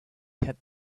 had